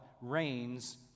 reigns